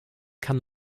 kann